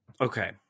okay